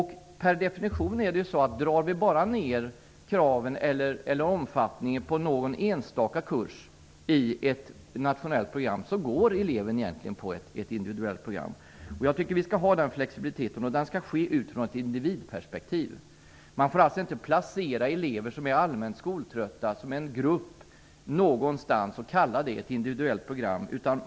Om vi bara drar ned kraven eller omfattningen på någon enstaka kurs i ett nationellt program så går eleven per definition på ett individuellt program. Jag tycker att vi skall ha den flexibiliteten. Den skall finnas utifrån ett individperspektiv. Man får alltså inte placera elever som är allmänt skoltrötta som en grupp någonstans och kalla det för ett individuellt program.